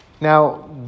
Now